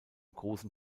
großen